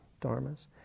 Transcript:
dharmas